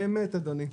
אמת אדוני.